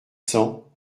cents